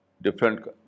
different